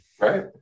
right